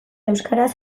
euskaraz